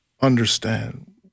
understand